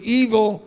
evil